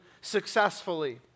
successfully